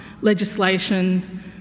legislation